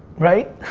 right.